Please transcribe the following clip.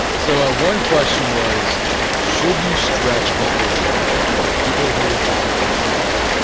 so ah one question was should you stretch before a workout because people hear different things on that.